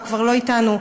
הוא כבר לא אתנו,